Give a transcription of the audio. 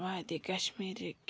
وادی کَشمیٖرٕکۍ